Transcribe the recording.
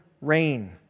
rain